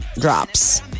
drops